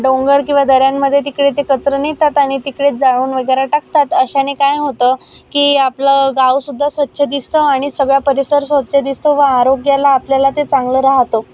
डोंगर किंवा दऱ्यांमध्ये तिकडे ते कचरा नेतात आणि तिकडेच जाळून वगैरे टाकतात अशाने काय होतं की आपलं गावसुद्धा स्वच्छ दिसतं आणि सगळा परिसर स्वच्छ दिसतो व आरोग्याला आपल्याला ते चांगलं राहतो